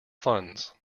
funds